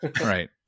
Right